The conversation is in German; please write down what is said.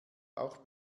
auch